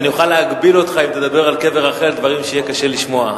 ואני אוכל להגביל אותך אם תדבר על קבר רחל דברים שיהיה קשה לשמוע,